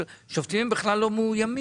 שופטים הם בכלל לא מאוימים,